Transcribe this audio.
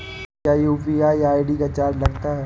क्या UPI ID का charge लगता है?